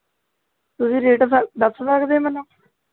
ਤੁਸੀਂ ਰੇਟ ਦੱਸ ਦੱਸ ਸਕਦੇ ਹੋ ਮੈਨੂੰ